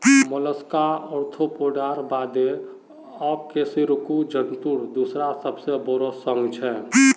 Mollusca आर्थ्रोपोडार बादे अकशेरुकी जंतुर दूसरा सबसे बोरो संघ छे